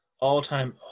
All-time